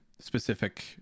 specific